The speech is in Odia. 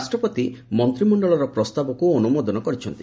ରାଷ୍ଟ୍ରପତି ମନ୍ତ୍ରିମଣ୍ଡଳର ପ୍ରସ୍ତାବକୁ ଅନୁମୋଦନ କରିଛନ୍ତି